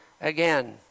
again